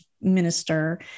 minister